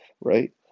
right